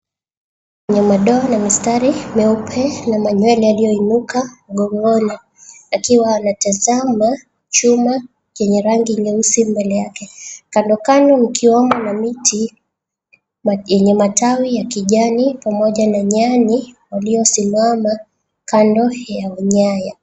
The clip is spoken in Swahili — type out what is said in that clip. ....Yenye madoa na mistari mieupe na manywele yaliyoinuka mgongoni, akiwa anatazama chuma yenye rangi nyeusi mbele yake. Kandokando mkiwemo na miti yenye matawi ya kijani, pamoja na nyani waliosimama kando ya nyaya.